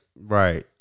Right